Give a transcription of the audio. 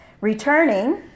returning